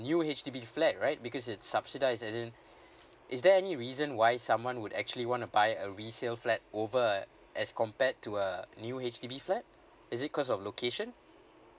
new H_D_B flat right because it's subsidised as in is there any reason why someone would actually want to buy a resale flat over uh as compared to a new H_D_B flat is it cause of location